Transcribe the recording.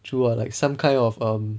true lah like some kind of um